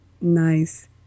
Nice